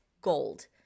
gold